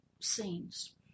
scenes